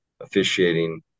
officiating